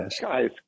guys